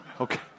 okay